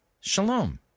shalom